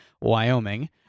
Wyoming